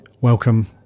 welcome